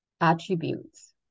attributes